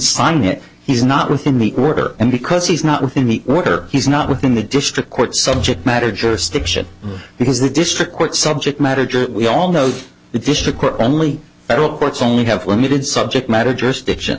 sign it he's not within the order and because he's not within the water he's not within the district court subject matter jurisdiction because the district court subject matters we all know that this is a court only federal courts only have limited subject matter jurisdiction